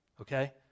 Okay